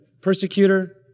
persecutor